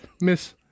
Miss